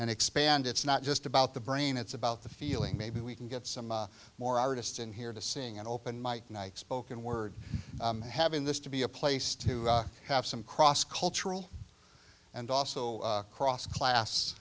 and expand it's not just about the brain it's about the feeling maybe we can get some more artists in here to seeing an open mike night spoken word having this to be a place to have some cross cultural and also cross class